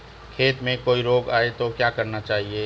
खेत में कोई रोग आये तो क्या करना चाहिए?